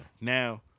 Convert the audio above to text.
Now